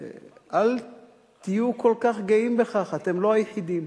אל תהיו כל כך גאים בכך, אתם לא היחידים.